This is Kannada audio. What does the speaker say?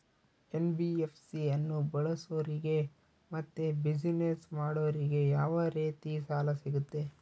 ಎನ್.ಬಿ.ಎಫ್.ಸಿ ಅನ್ನು ಬಳಸೋರಿಗೆ ಮತ್ತೆ ಬಿಸಿನೆಸ್ ಮಾಡೋರಿಗೆ ಯಾವ ರೇತಿ ಸಾಲ ಸಿಗುತ್ತೆ?